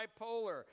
bipolar